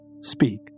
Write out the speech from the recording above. speak